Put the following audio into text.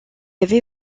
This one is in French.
avait